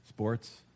Sports